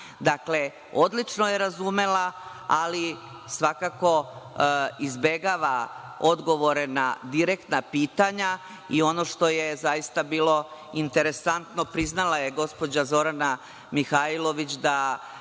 fina. Odlično je razumela, ali svakako izbegava odgovore na direktna pitanja. Ono što je zaista bilo interesantno, priznala je gospođa Zorana Mihajlović da